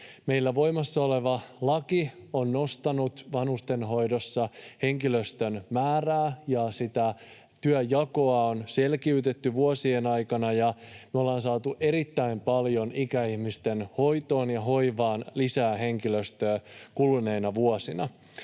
Meillä voimassa oleva laki on nostanut vanhustenhoidossa henkilöstön määrää, ja sitä työnjakoa on selkiytetty vuosien aikana, ja me ollaan saatu erittäin paljon ikäihmisten hoitoon ja hoivaan lisää henkilöstöä kuluneina vuosina.